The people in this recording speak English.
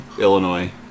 Illinois